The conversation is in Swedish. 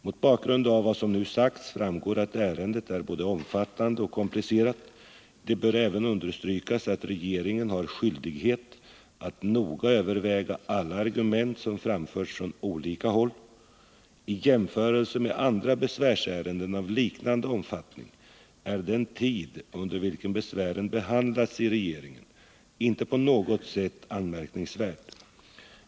Mot bakgrund av vad som nu sagts framgår att ärendet är både omfattande och komplicerat. Det bör även understrykas att regeringen har skyldighet att noga överväga alla argument som framförts från olika håll. I jämförelse med andra besvärsärenden av liknande omfattning är den tid under vilken besvären behandlats i regeringen inte på något sätt anmärkningsvärd.